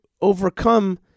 overcome